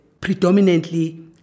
predominantly